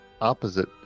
opposite